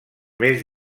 més